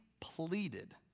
pleaded